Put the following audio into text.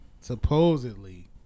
supposedly